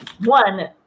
one